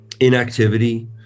Inactivity